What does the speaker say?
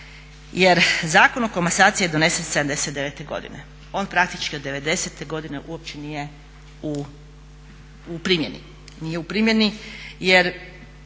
jer Zakon o komasaciji je donesen '79. godine. On praktički od '90. godine uopće nije u primjeni.